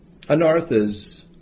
anarthas